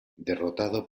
derrotado